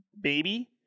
baby